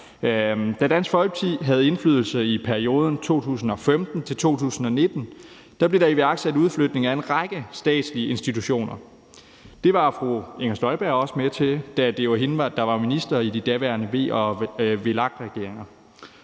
Da Dansk Folkeparti havde indflydelse i perioden 2015-2019, blev der iværksat udflytning af en række statslige institutioner. Det var fru Inger Støjberg også med til, da det var hende, der var minister i de daværende V- og VLAK-regeringer.